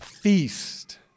feast